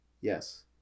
Yes